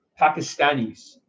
Pakistanis